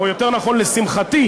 או יותר נכון לשמחתי,